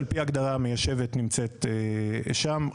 על פי ההגדרה המיישבת נמצאת שם.